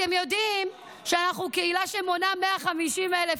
אתם יודעים שאנחנו קהילה שמונה 150,000 איש,